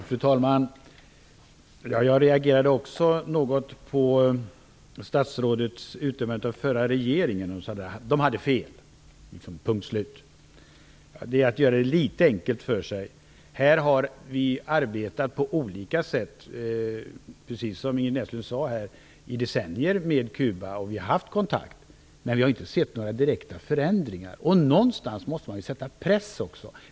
Fru talman! Jag reagerade också något på statsrådets utdömande av den förra regeringen. Han sade att de hade fel, punkt slut. Det är att göra det litet enkelt för sig. Vi har arbetat på olika sätt med Kuba i decennier, precis som Ingrid Näslund sade, och vi har haft kontakt. Men vi har inte sett några direkta förändringar. Någon gång måste man sätta press.